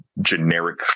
generic